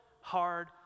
hard